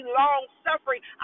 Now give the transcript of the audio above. long-suffering